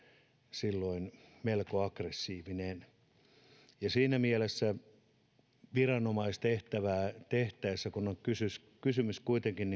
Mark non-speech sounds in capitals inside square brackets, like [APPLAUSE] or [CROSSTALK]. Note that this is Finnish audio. silloin melko aggressiivinen siinä mielessä kun viranomaistehtävää tehtäessä on kuitenkin [UNINTELLIGIBLE]